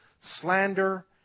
slander